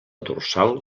dorsal